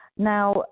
Now